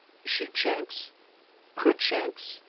sheepshanks cruickshanks,